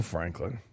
Franklin